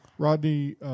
Rodney